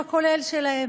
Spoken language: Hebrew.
בכולל שלהם.